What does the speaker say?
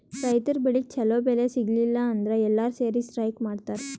ರೈತರ್ ಬೆಳಿಗ್ ಛಲೋ ಬೆಲೆ ಸಿಗಲಿಲ್ಲ ಅಂದ್ರ ಎಲ್ಲಾರ್ ಸೇರಿ ಸ್ಟ್ರೈಕ್ ಮಾಡ್ತರ್